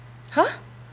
!huh!